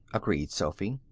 agreed sophy.